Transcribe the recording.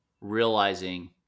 realizing